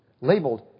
labeled